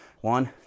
One